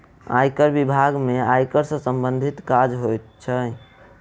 आयकर बिभाग में आयकर सॅ सम्बंधित काज होइत छै